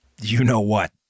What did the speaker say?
you-know-what